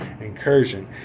incursion